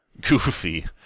Goofy